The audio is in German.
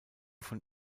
von